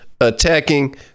attacking